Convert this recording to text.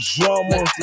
Drummer